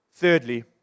Thirdly